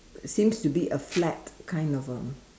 seems to be a flat kind of um